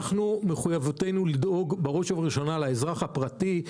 מחויבותנו לדאוג בראש ובראשונה לאזרח הפרטי,